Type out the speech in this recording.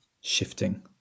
shifting